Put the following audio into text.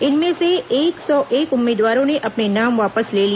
इनमें से एक सौ एक उम्मीदवारों ने अपने नाम वापस ले लिए